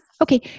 Okay